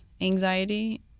anxiety